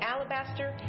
Alabaster